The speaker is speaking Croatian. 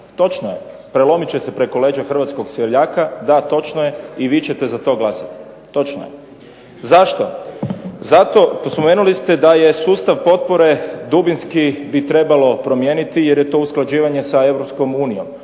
Točno je. Prelomit će se preko leđa hrvatskog seljaka, da točno je i vi ćete za to glasati. Točno je. Zašto? Pa spomenuli ste da je sustav potpore dubinski bi trebalo primijeniti jer je to usklađivanje sa